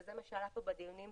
זה מה שעלה בדיונים בוועדה,